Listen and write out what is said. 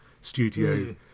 studio